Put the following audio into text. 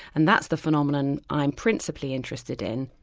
and that's the phenomenon i'm principally interested in.